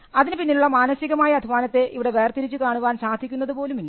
അതിന് പിന്നിലുള്ള മാനസികമായ അധ്വാനത്തെ ഇവിടെ വേർതിരിച്ചു കാണുവാൻ സാധിക്കുന്നത് പോലുമില്ല